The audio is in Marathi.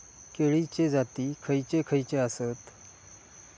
केळीचे जाती खयचे खयचे आसत?